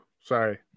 Sorry